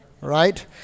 Right